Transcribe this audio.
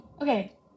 Okay